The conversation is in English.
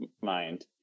mind